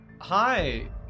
Hi